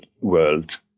world